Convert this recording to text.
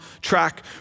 track